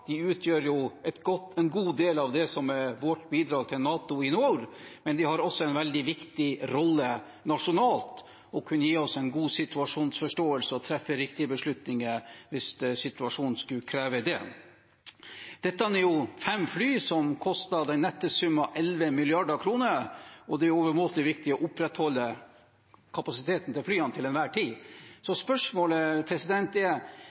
utgjør de en god del av det som er vårt bidrag til NATO i nord, men de har også en veldig viktig rolle nasjonalt i å kunne gi oss en god situasjonsforståelse og treffe riktige beslutninger hvis situasjonen skulle kreve det. Dette er fem fly som koster den nette sum av 11 mrd. kr, og det er til enhver tid overmåte viktig å opprettholde kapasiteten til flyene.